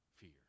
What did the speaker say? fear